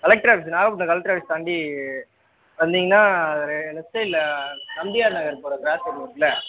collector office Nagapattinam collector office தாண்டி வந்தீங்கன்னா ஒரு லெஃப்ட் சைடில் நம்பியார் நகர் போகிற கிராஸ் ரோடு இருக்குல்ல